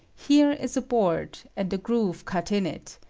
here is a board, and a groove cut in it,